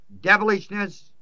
devilishness